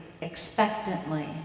expectantly